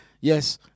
yes